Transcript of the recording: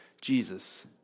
Jesus